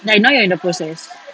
like now you're in the process